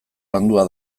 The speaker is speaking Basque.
landua